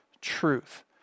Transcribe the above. truth